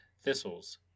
thistles